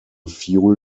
fuel